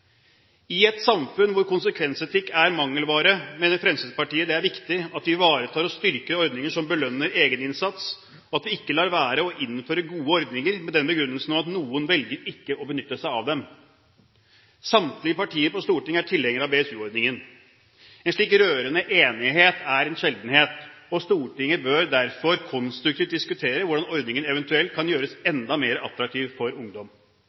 I et samfunn hvor konsekvensetikk er mangelvare, mener Fremskrittspartiet det er viktig at vi ivaretar og styrker ordninger som belønner egeninnsats, og at vi ikke lar være å innføre gode ordninger med den begrunnelse at noen velger ikke å benytte seg av dem. Samtlige partier på Stortinget er tilhengere av BSU-ordningen. En slik rørende enighet er en sjeldenhet, og Stortinget bør derfor konstruktivt diskutere hvordan ordningen eventuelt kan gjøres enda mer attraktiv for ungdom.